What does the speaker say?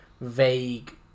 vague